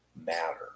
matter